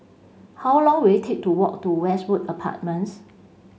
how long will it take to walk to Westwood Apartments